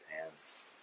pants